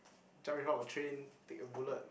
jump in front of a train take a bullet